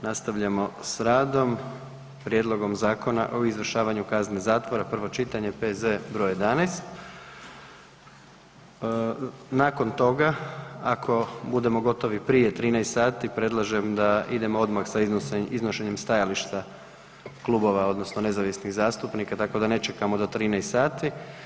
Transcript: Nastavljamo s radom. - Prijedlogom Zakona o izvršavanju kazne zatvora, prvo čitanje, P.Z. br. 11; Nakon toga, ako budemo gotovi prije 13 sati, predlažem da idemo odmah sa iznošenjem stajališta klubova, odnosno nezavisnih zastupnika, tako da ne čekamo do 13 sati.